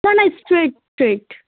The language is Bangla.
না না স্ট্রেইট স্ট্রেইট